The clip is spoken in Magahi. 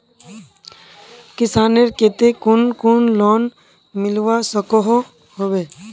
किसानेर केते कुन कुन लोन मिलवा सकोहो होबे?